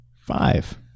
Five